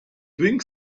drink